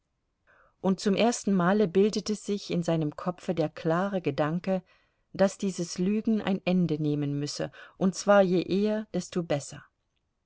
und zum ersten male bildete sich in seinem kopfe der klare gedanke daß dieses lügen ein ende nehmen müsse und zwar je eher desto besser